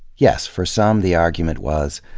yes, for some, the argument was,